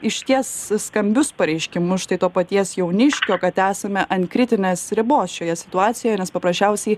išties skambius pareiškimus štai to paties jauniškio kad esame ant kritinės ribos šioje situacijoj nes paprasčiausiai